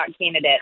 candidate